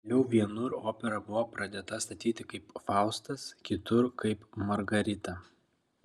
vėliau vienur opera buvo pradėta statyti kaip faustas kitur kaip margarita